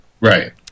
Right